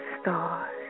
stars